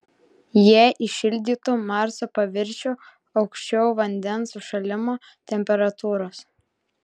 jie įšildytų marso paviršių aukščiau vandens užšalimo temperatūros